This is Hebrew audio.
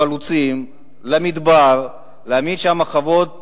חלוצים, למדבר, להעמיד שם חוות לתפארת,